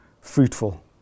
fruitful